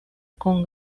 con